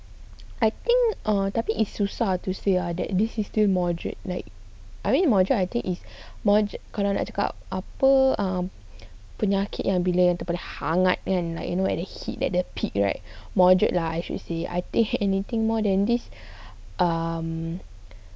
I think err tapi is susah to say ah that this is still moderate like I mean moderate I think is mode~ kalau nak cakap apa um penyakit yang bila atau paling terhangat kan like you know heat at the peak right moderate lah is should say I think anything more than this um